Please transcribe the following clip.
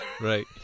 Right